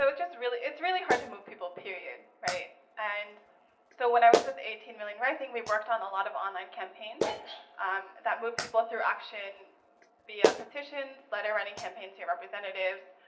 ah just really, it's really hard to move people, period, right? and so when i was with eighteen million rising, we worked on a lot of online campaigns um that moved people through action via petitions, letter writing campaigns to your representatives,